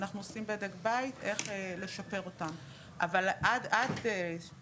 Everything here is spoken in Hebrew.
ואנחנו עושים בדק בית איך לשפר אותם אבל עד שנה שעברה,